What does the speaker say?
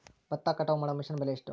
ಭತ್ತ ಕಟಾವು ಮಾಡುವ ಮಿಷನ್ ಬೆಲೆ ಎಷ್ಟು?